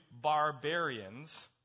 barbarians